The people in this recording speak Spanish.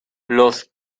los